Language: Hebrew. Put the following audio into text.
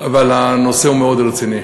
אבל הנושא הוא מאוד רציני.